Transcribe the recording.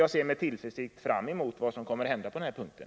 Jag ser med tillförsikt fram emot vad som kommer att hända på den punkten.